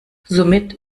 somit